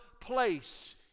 place